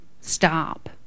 stop